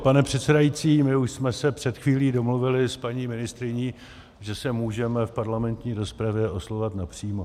Pane předsedající, my už jsme se před chvílí domluvili s paní ministryní, že se můžeme v parlamentní rozpravě oslovovat napřímo.